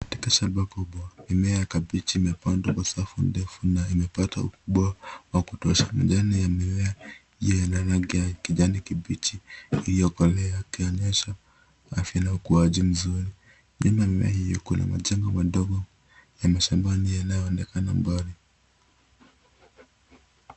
Katika shamba kubwa, mimea ya kabichi imepandwa kwa safu ndefu, na imepata ukubwa wa kutosha. Majani ya mimea hio yana rangi ya kijani kibichi iliyokolea, ikionyesha afya na ukuaji mzuri. Nyuma ya mimea hio kuna majengo madogo yamesambaa njia inayoonekana mbali.